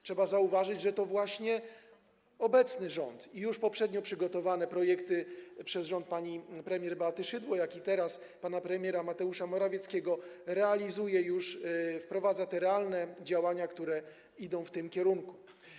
Trzeba zauważyć, że to właśnie obecny rząd już poprzednio przygotowane projekty przez rząd pani premier Beaty Szydło, jak i teraz - pana premiera Mateusza Morawieckiego, realizuje, wprowadza realne działania, które idą w tym kierunku.